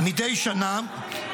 מדי שנה,